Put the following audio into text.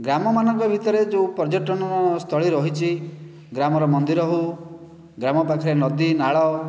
ଗ୍ରାମ ମାନଙ୍କ ଭିତରେ ଯେଉଁ ପର୍ଯ୍ୟଟନ ସ୍ଥଳୀ ରହିଛି ଗ୍ରାମର ମନ୍ଦିର ହେଉ ଗ୍ରାମ ପାଖରେ ନଦୀ ନାଳ